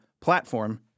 platform